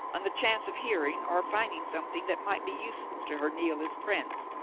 on the chance of hearing or finding something that might be useful to her nihilist friends,